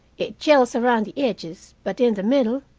it jells around the edges, but in the middle